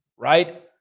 Right